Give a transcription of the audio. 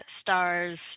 Stars